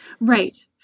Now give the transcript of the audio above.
Right